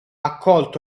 accolto